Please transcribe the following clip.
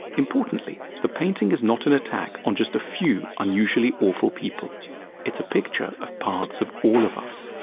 importantly, the painting is not an attack on just a few unusually awful people it's a picture of parts of all of us.